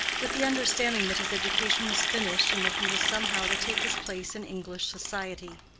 with the understanding that his education was finished, and that he was somehow to take his place in english society